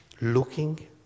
Looking